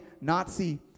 Nazi